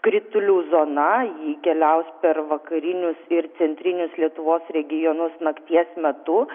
kritulių zona ji keliaus per vakarinius ir centrinius lietuvos regionus nakties metu